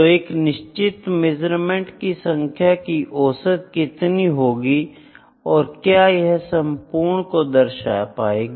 तो एक निश्चित मेजरमेंट की संख्याओं की औसत कितनी होगी और क्या यह संपूर्ण को दर्शा पाएगी